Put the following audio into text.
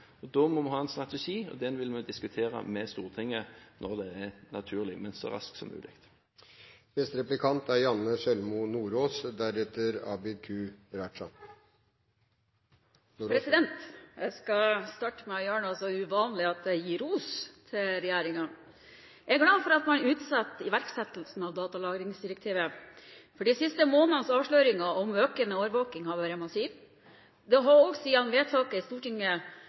seg. Da må vi ha en strategi, og den vil vi diskutere med Stortinget når det er naturlig, men så raskt som mulig. Jeg skal starte med å gjøre noe så uvanlig som å gi ros til regjeringen. Jeg er glad for at man utsetter iverksettelsen av datalagringsdirektivet, for de siste månedenes avsløringer om økende overvåking har vært massiv. Siden vedtaket i Stortinget